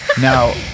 Now